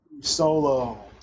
solo